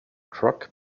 truck